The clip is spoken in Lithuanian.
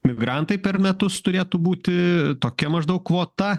migrantai per metus turėtų būti tokia maždaug kvota